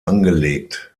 angelegt